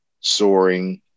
soaring